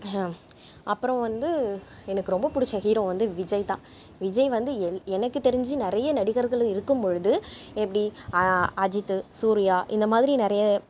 அப்பறம் வந்து எனக்கு ரொம்ப பிடிச்ச ஹீரோ வந்து விஜய்தான் விஜய் வந்து என் எனக்கு தெரிஞ்சு நிறைய நடிகர்கள் இருக்கும்பொழுது எப்படி அஜித் சூரியா இந்த மாதிரி நிறைய